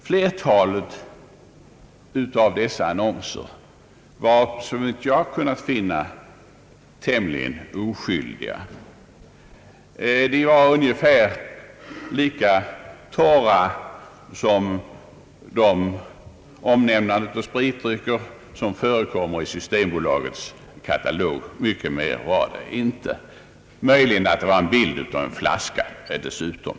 Flertalet av dessa annonser var, såvitt jag kunde förstå, tämligen oskyldiga. De var ungefär lika torra som de omnämnanden av spritdrycker som förekommer i Systembolagets katalog. Mycket mer var det inte, möjligen förekom det en bild av en flaska dessutom.